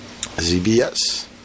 ZBS